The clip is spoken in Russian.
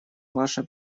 ваше